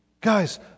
Guys